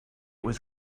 was